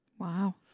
Wow